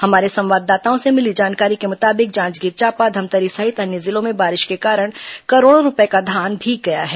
हमारे संवाददाताओं से मिली जानकारी के मुताबिक जांजगीर चांपा धमतरी सहित अन्य जिलों में बारिश के कारण करोड़ों रूपये का धान भीग गया है